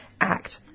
act